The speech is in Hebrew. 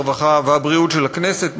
הרווחה והבריאות של הכנסת,